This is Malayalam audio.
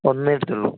ഒന്നേയെടുത്തുള്ളൂ